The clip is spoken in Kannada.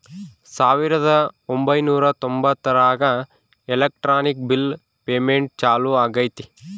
ಸಾವಿರದ ಒಂಬೈನೂರ ತೊಂಬತ್ತರಾಗ ಎಲೆಕ್ಟ್ರಾನಿಕ್ ಬಿಲ್ ಪೇಮೆಂಟ್ ಚಾಲೂ ಆಗೈತೆ